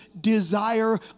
desire